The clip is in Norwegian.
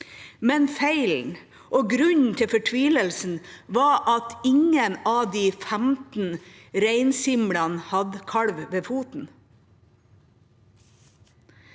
Men feilen og grunnen til fortvilelsen var at ingen av de 15 reinsimlene hadde kalv ved foten.